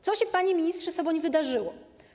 Co się, panie ministrze Soboń, wydarzyło?